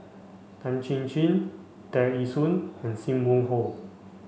Tan Chin Chin Tear Ee Soon and Sim Wong Hoo